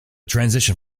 transition